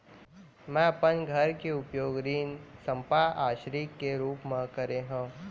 मै अपन घर के उपयोग ऋण संपार्श्विक के रूप मा करे हव